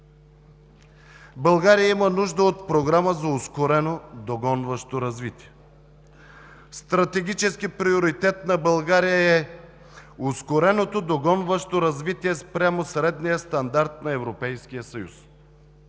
България има нужда от програма за ускорено догонващо развитие. Стратегически приоритет на България е ускореното, догонващо развитие спрямо средния стандарт на Европейския съюз.